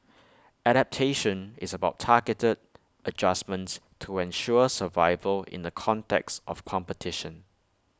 adaptation is about targeted adjustments to ensure survival in the context of competition